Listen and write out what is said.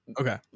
Okay